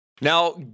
Now